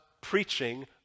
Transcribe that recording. preaching